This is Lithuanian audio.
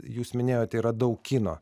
jūs minėjot yra daug kino